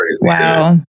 Wow